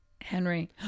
Henry